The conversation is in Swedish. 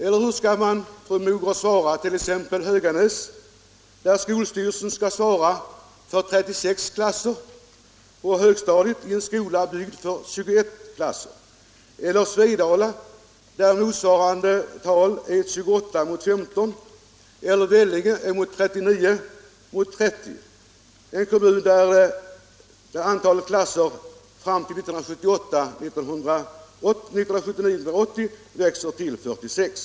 Eller vilket besked, fru Mogård, skall man ge t.ex. Höganäs, där skolstyrelsen skall svara för 36 klasser på högstadiet i en skola byggd för 21 klasser, Svedala där motsvarande tal är 28 och 15, eller Vellinge där siffrorna är 39 och 30 och antalet klasser fram till 1979/80 växer till 46?